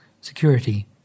Security